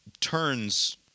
turns—